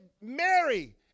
Mary